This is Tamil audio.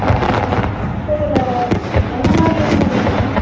ஓகே சார் சார் இதில் எந்த மாதிரியெல்லாம் எடுப்பீங்க